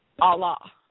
Allah